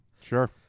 Sure